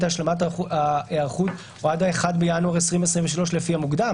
השלמת ההיערכות או עד 1.1.23 לפי המוקדם.